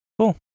Cool